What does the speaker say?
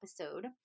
episode